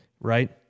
right